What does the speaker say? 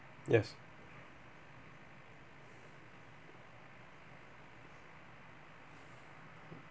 yes